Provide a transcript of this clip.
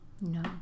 No